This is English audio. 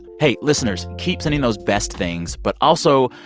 hey, listeners, keep sending those best things. but also,